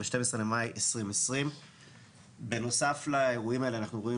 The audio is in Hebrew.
ב-12 במאי 2020. בנוסף לאירועים האלה אנחנו רואים